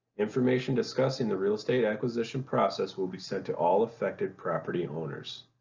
information discussing the real estate acquisition process will be sent to all affected property owners.